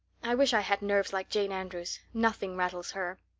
i wish i had nerves like jane andrews. nothing rattles her.